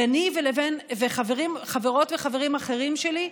ביני לבין חברות וחברים אחרים שלי,